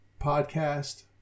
podcast